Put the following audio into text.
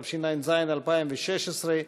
התשע"ז 2016,